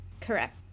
correct